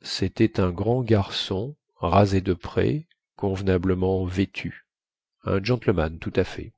cétait un grand garçon rasé de près convenablement vêtu un gentleman tout à fait